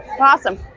awesome